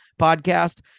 podcast